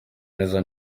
neza